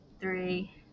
three